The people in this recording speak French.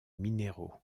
mineiro